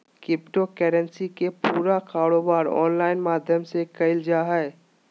crypto currency के पूरा कारोबार ऑनलाइन माध्यम से क़इल जा हइ